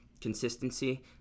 consistency